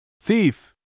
Thief